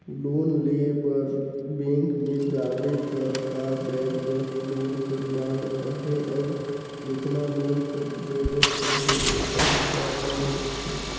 loan लेय बर bank में जाबे त का जाएत बर लोन कर मांग अहे अउ केतना लोन कर जरूरत अहे ओकर हिसाब ले देखथे